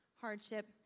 hardship